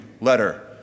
letter